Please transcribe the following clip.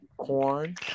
Corn